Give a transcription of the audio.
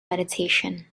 meditation